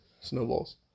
snowballs